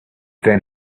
then